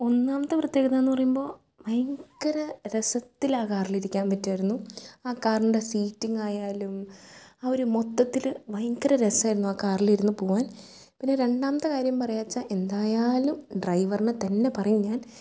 ഒന്നാമത്തെ പ്രത്യേകത എന്ന് പറയുമ്പോൾ ഭയങ്കര രസത്തിൽ ആ കാറിൽ ഇരിക്കാൻ പറ്റുമായിരുന്നു ആ കാറിൻ്റെ സീറ്റിങ്ങ് ആയാലും ആ ഒരു മൊത്തത്തിൽ ഭയങ്കര രസമായിരുന്നു ആ കാറിൽ ഇരുന്ന് പോവാൻ പിന്നെ രണ്ടാമത്തെ കാര്യം പറയുക വെച്ചാൽ എന്തായാലും ഡ്രൈവറിനെ തന്നെ പറയും ഞാൻ